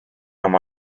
oma